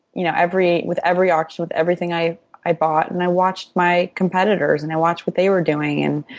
you know, every with every auction, with everything i i bought. and i watched my competitors and i watched what they were doing. and